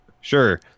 sure